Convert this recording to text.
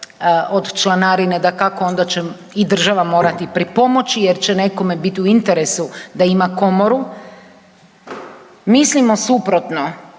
od članarine dakako onda će i država morati pripomoći jer će nekome biti u interesu da ima komoru. Mislimo suprotno,